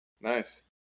Nice